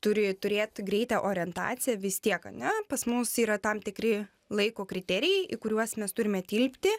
turi turėt greitą orientaciją vis tiek ane pas mus yra tam tikri laiko kriterijai į kuriuos mes turime tilpti